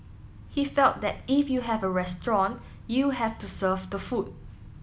he fell that if you have a restaurant you have to serve the food